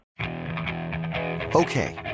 Okay